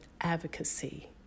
advocacy